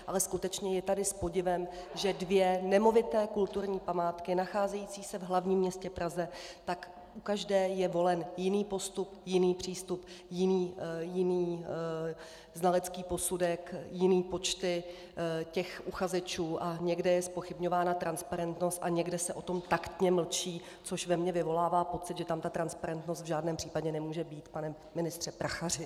Ale je tady skutečně s podivem, že dvě nemovité kulturní památky nacházející se v hlavním městě Praze, u každé je volen jiný postup, jiný přístup, jiný znalecký posudek, jiné počty uchazečů a někde je zpochybňována transparentnost a někde se o tom taktně mlčí, což ve mně vyvolává pocit, že tam ta transparentnost v žádném případě nemůže být, pane ministře Prachaři.